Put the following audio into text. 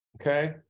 Okay